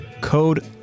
code